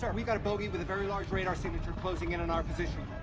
but we got a bogey with a very large radar signature closing in on our position.